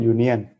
Union